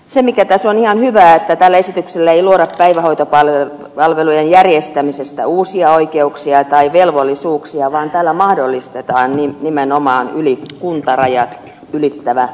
se mikä tässä on ihan hyvää on se että tälle esitykselle ei luoda päivähoitopalvelujen järjestämisestä uusia oikeuksia tai velvollisuuksia vaan tällä mahdollistetaan nimenomaan kuntarajat ylittävä lastenhoito